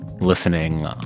listening